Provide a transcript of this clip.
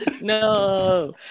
No